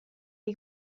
des